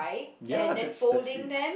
ya that's that's it